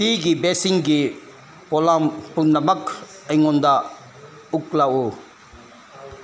ꯇꯤꯒꯤ ꯕꯦꯒꯁꯤꯡꯒꯤ ꯄꯣꯠꯂꯝ ꯄꯨꯝꯅꯃꯛ ꯑꯩꯉꯣꯟꯗ ꯎꯠꯂꯛꯎ